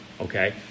okay